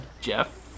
Jeff